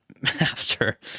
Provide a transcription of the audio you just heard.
master